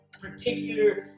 particular